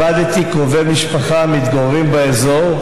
איבדתי קרובי משפחה המתגוררים באזור,